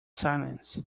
silence